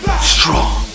Strong